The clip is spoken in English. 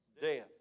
death